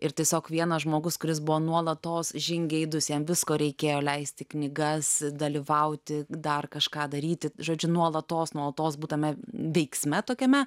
ir tiesiog vienas žmogus kuris buvo nuolatos žingeidus jam visko reikėjo leisti knygas dalyvauti dar kažką daryti žodžiu nuolatos nuolatos būt tame veiksme tokiame